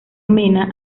mena